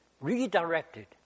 redirected